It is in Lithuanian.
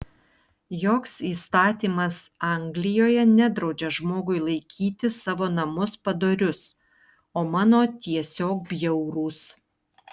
joks įstatymas anglijoje nedraudžia žmogui laikyti savo namus padorius o mano tiesiog bjaurūs